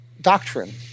doctrine